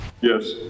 Yes